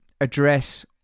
address